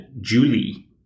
Julie